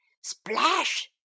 Splash